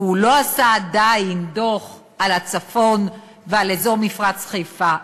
כי הוא לא עשה עדיין דוח על הצפון ועל אזור מפרץ חיפה.